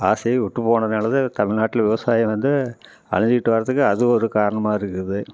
ஆசையே விட்டுப்போனதால தான் தமிழ்நாட்டில் விவசாயம் வந்து அழிஞ்சிகிட்டு வர்றதுக்கு அது ஒரு காரணமாக இருக்குது